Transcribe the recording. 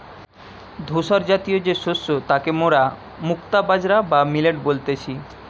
ধূসরজাতীয় যে শস্য তাকে মোরা মুক্তা বাজরা বা মিলেট বলতেছি